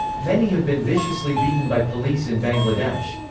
many have been viciously beaten by police in bangladesh.